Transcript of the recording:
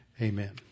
Amen